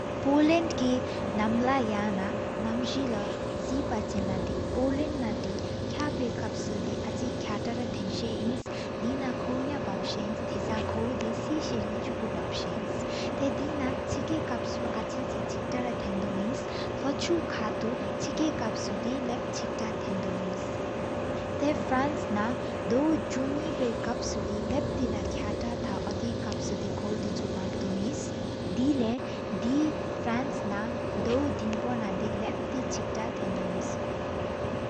པོ་ལནད་གི་ནམ་ལ་ཡ་ནའི་ནམས་བློ་གཟེབ་པ་ཆི་ན། པོ་ལནད་ན་དེ་ཁ་པའི་ཁབ་ས་ཨང་ཚིག་ཁ་སྟངས་ཆི་ཟ་ཨིན། དེ་ན་གག་ཡ་བབ་ས་སིར། བྷླ་སངས་ཁོ་དེ་གི་སེར་རིག་སྤུ་བབ་ས་སིར། ཐཱའི་དེ་ན་ཆི་ཀ་ཁབ་ས་དག་ཁྲིལ་ཆི་ཀ་ར་སྟེང་དོ། ལོ་ཆེར་ཁ་ཐུ་ཆི་ཀ་ཁབ་ས་ལབ་ཏི་ར་སིས། ཆི་ཀ་ལ་དོ་ཨིན་ཏའི་ཁི་ཏའི་རན་ཇུ་ནི་སིར། ཁབ་ས་ལབ་ཏི་ར་ཁག་ཁ་ཧ་དེ་ཁབ་ས་ཨིན། ཁོ་དི་ཁོ་བབ་ཀ་ཨིན་སི། དེ་བཞིན་དེ་བརན་ས་ན་ལབ་ཏེ་ཆི་ཀ་ཏའི་གྷར་དོ་ཨིན།